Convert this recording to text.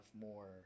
more